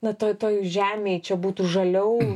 nuo toj toj žemėj čia būtų žaliau